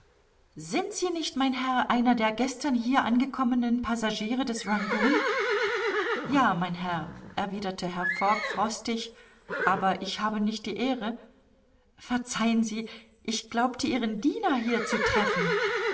sind sie nicht mein herr einer der gestern hier angekommenen passagiere des rangoon ja mein herr erwiderte herr fogg frostig aber ich habe nicht die ehre verzeihen sie ich glaubte ihren diener hier zu treffen